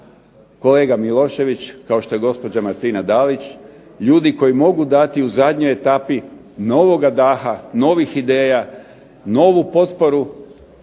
kolega MIlošević, kao što je gospođa Martina Dalić, ljudi koji mogu dati u zadnjoj etapi novog daha, novih ideja, novu potporu